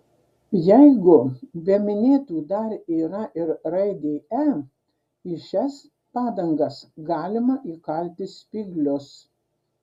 jeigu be minėtų dar yra ir raidė e į šias padangas galima įkalti spyglius